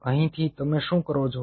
અહીંથી તમે શું કરો છો